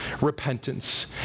repentance